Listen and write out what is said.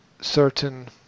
certain